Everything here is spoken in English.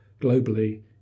globally